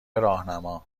راهنما